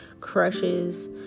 crushes